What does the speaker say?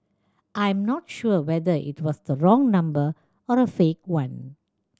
I'm not sure whether it was the wrong number or a fake one